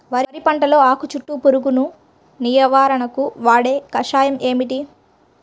వరి పంటలో ఆకు చుట్టూ పురుగును నివారణకు వాడే కషాయం ఏమిటి?